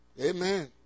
Amen